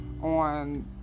on